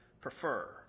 prefer